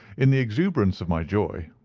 in the exuberance of my joy,